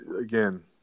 again